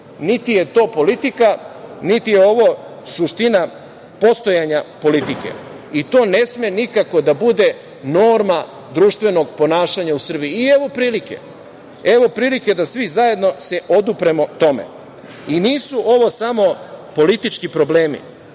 Niti je to politika, niti je ovo suština postojanja politike i to ne sme nikako da bude norma društvenog ponašanja u Srbiji. Evo prilike da se svi zajedno odupremo tome i nisu ovo samo politički problemi,